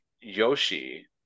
Yoshi